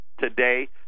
today